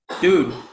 dude